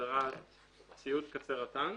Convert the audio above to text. בהגדרה "ציוד קצה רט"ן".